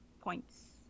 points